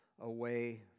away